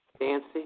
Nancy